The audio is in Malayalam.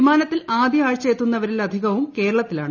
വിമാനത്തിൽ ആദ്യ ആഴ്ച എത്തുന്നവരിൽ അധികവും കേരളത്തി ലാണ്